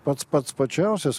pats pats plačiausias